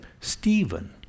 Stephen